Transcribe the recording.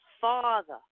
father